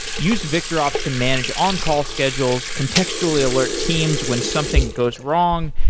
use victorops to manage on-call schedules, contextually alert teams when something goes wrong,